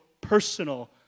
personal